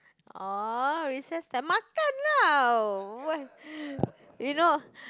oh recess time makan lah you know